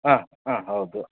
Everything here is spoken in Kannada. ಹಾಂ ಹಾಂ ಹೌದು